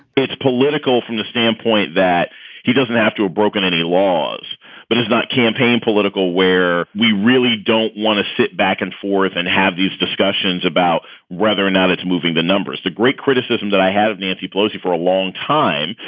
it's political from the standpoint that he doesn't have a broken any laws but it's not campaign political where we really don't want to sit back and forth and have these discussions about whether or not it's moving the numbers to great criticism that i have nancy pelosi for a long time,